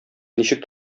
ничек